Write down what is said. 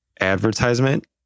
advertisement